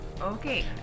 okay